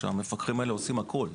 כאשר המפקחים האלה עושים הכול,